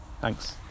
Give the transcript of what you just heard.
Thanks